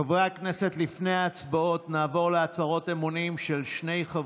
חבריי חברי הכנסת, חבר הכנסת גפני, אני